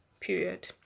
Period